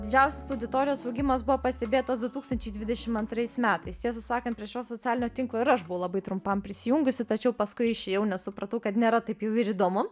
didžiausias auditorijos augimas buvo pastebėtas du tūkstančiai dvidešim antrais metais tiesą sakant prie šio socialinio tinklo ir aš buvau labai trumpam prisijungusi tačiau paskui išėjau nes supratau kad nėra taip jau ir įdomu